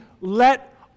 let